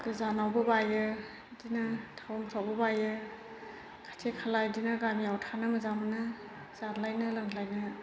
गोजानावबो बायो बेदिनो टाउनावफ्रावबो बायो खाथि खाला बेदिनो गामियाव थानो मोजां मोनो जाद्लायनो लोंद्लायनो